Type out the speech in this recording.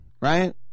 right